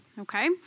Okay